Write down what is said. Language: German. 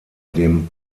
dem